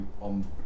on